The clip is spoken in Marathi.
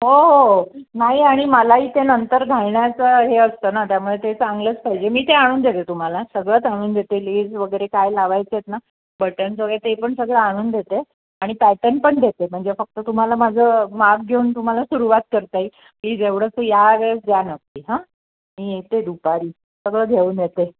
हो हो हो नाही आणि मलाही ते नंतर घालण्याचं हे असतं ना त्यामुळे ते चांगलंच पाहिजे मी ते आणून देते तुम्हाला सगळंच आणून देते लेस वगैरे काय लावायचेत ना बटन्स वगैरे ते पण सगळं आणून देते आणि पॅटर्न पण देते म्हणजे फक्त तुम्हाला माझं माप घेऊन तुम्हाला सुरुवात करता येईल की तेवढंसं यावेळेस द्या ना हं मी येते दुपारी सगळं घेऊन येते